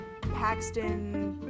Paxton